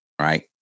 Right